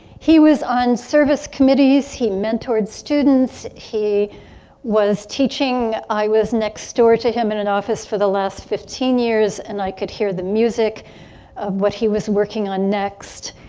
he was on service committees he mentored students he was teaching i was next door to him in an office for the last fifteen years and i could hear the music of what he was working on next.